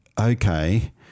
okay